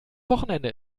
wochenende